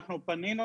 אנחנו פנינו,